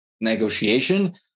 negotiation